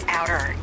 outer